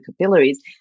capillaries